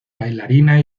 bailarina